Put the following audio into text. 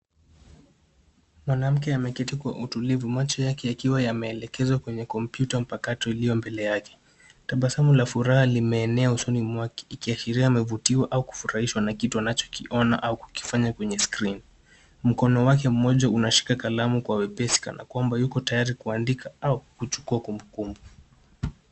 Mwanamke ameketi kwa utulivu, macho yake yakiwa yameelekezwa kwenye kompyuta mpakato iliyo mbele yake. Tabasamu la furaha limeenea usoni mwake, ikiashiria amevutiwa au kufurahishwa na kitu anachokiona au kukifanya kwenye skirini. Mkono wake mmoja unashika kalamu kwa wepesi kana kwamba yuko tayari kuandika au kuchukua kumbukumbu.